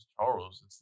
Charles